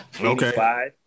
Okay